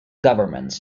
governments